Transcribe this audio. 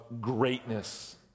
greatness